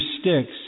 sticks